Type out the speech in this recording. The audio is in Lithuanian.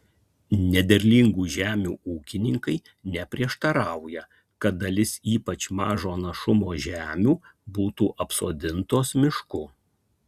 nederlingų žemių ūkininkai neprieštarauja kad dalis ypač mažo našumo žemių būtų apsodintos mišku